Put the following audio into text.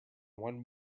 one